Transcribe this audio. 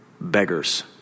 beggars